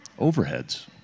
Overheads